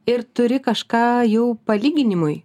ir turi kažką jau palyginimui